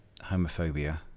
Homophobia